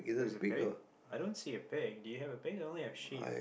there's a pig i don't see a pig do you have pig I only a sheep